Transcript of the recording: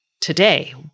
Today